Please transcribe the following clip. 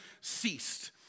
ceased